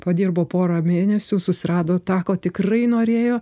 padirbo porą mėnesių susirado tą ko tikrai norėjo